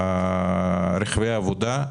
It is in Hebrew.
לגבי רכבי עבודה,